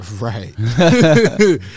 Right